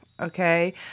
okay